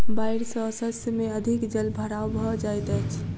बाइढ़ सॅ शस्य में अधिक जल भराव भ जाइत अछि